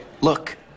Look